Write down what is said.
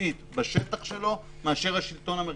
ביצועית בשטח שלו מאשר השלטון המרכזי.